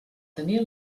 tenia